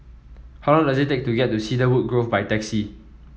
how long does it take to get to Cedarwood Grove by taxi